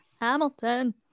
Hamilton